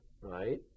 right